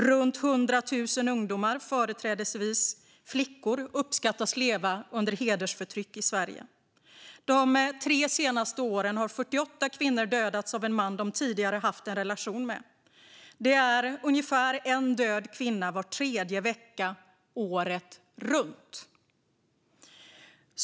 Runt 100 000 ungdomar, företrädesvis flickor, uppskattas leva under hedersförtryck i Sverige. De tre senaste åren har 48 kvinnor dödats av en man de tidigare haft en relation med. Det är en död kvinna ungefär var tredje vecka, året runt.